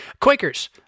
Quakers